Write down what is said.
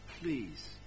please